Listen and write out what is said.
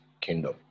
kingdom